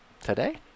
Today